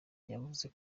yavuze